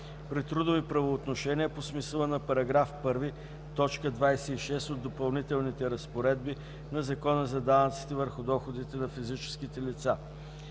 при трудови правоотношения по смисъл на § 1, т. 26 от Допълнителните разпоредби на Закона за данъците върху доходите на физическите лица;